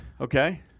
Okay